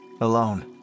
alone